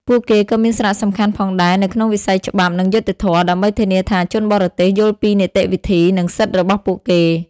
ពួកគេក៏មានសារៈសំខាន់ផងដែរនៅក្នុងវិស័យច្បាប់ និងយុត្តិធម៌ ដើម្បីធានាថាជនបរទេសយល់ពីនីតិវិធី និងសិទ្ធិរបស់ពួកគេ។